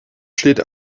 steht